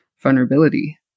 vulnerability